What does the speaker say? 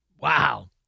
Wow